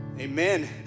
Amen